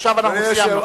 עכשיו סיימנו.